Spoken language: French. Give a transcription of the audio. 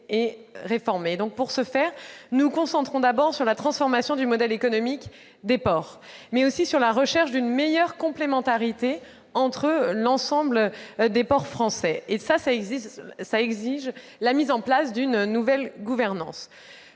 et réformé. Pour ce faire, nous nous concentrons non seulement sur la transformation du modèle économique des ports, mais aussi sur la recherche d'une meilleure complémentarité entre l'ensemble des ports français, ce qui exige la mise en place d'une nouvelle gouvernance.